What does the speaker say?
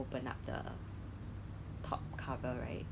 应该是 secondary school days lah 然后